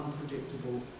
unpredictable